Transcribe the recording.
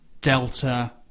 Delta